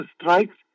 strikes